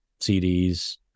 cds